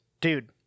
dude